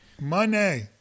Money